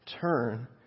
turn